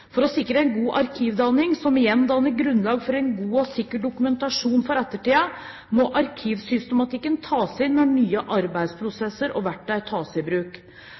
å sikre en god arkivdanning, som igjen danner grunnlag for en god og sikker dokumentasjon for ettertiden, må arkivsystematikken tas med når nye arbeidsprosesser og verktøy tas i bruk.